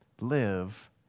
Live